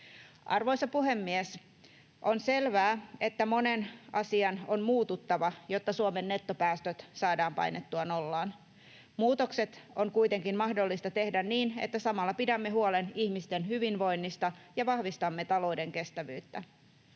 Arvoisa puhemies! On selvää, että monen asian on muututtava, jotta Suomen nettopäästöt saadaan painettua nollaan. Muutokset on kuitenkin mahdollista tehdä niin, että samalla pidämme huolen ihmisten hyvinvoinnista ja vahvistamme talouden kestävyyttä.